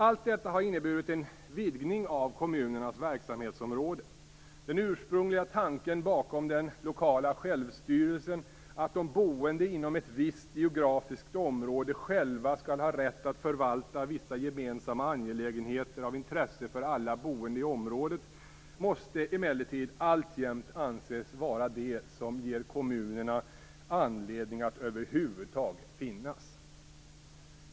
Allt detta har inneburit en vidgning av kommunernas verksamhetsområde. Den ursprungliga tanken bakom den lokala självstyrelsen, att de boende inom ett visst geografiskt område själva skall ha rätt att förvalta vissa gemensamma angelägenheter av intresse för alla boende i området, måste emellertid alltjämt anses vara det som ger kommunerna anledning att över huvud taget finnas.